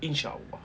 inshallah